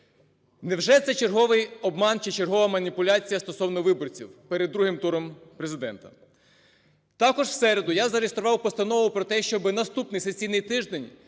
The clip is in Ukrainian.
Невже це черговий обман чи чергова маніпуляція стосовно виборців перед другим туром Президента? Також в середу я зареєстрував постанову про те, щоби наступний сесійний тиждень,